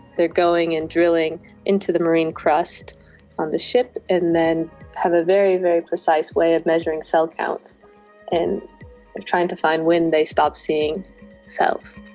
they are going and drilling into the marine crust on the ship and then have a very, very precise way of measuring cell counts and and trying to find when they stop seeing cells.